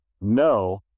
No